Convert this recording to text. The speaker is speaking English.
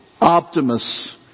Optimus